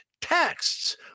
texts